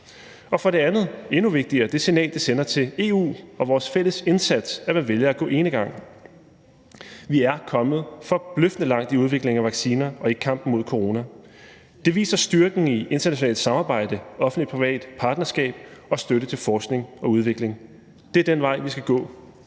For det andet, og endnu vigtigere, er der det signal, man sender til EU og vores fælles indsats, ved at man vælger at gå enegang. Vi er kommet forbløffende langt i udviklingen af vacciner og i kampen mod corona. Det viser styrken i internationalt samarbejde, i offentlig-privat samarbejde og i at give støtte til forskning og udvikling. Det er den vej, vi skal gå,